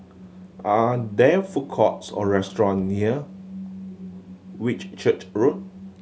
are there food courts or restaurant near Whitchurch Road